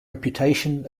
reputation